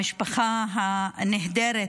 המשפחה הנהדרת